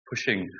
Pushing